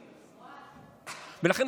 ולכן,